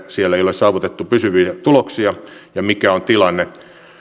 siellä ei ole saavutettu pysyviä tuloksia ja kysyi mikä on tilanne